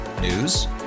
News